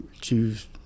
choose